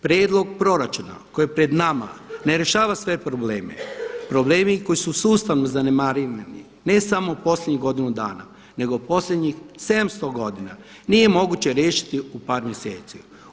Prijedlog proračuna koji je pred nama ne rješava sve probleme, problemi koji su sustavno zanemareni ne samo posljednjih godinu dana nego posljednjih 700 godina nije moguće riješiti u par mjeseci.